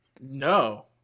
No